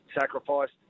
sacrificed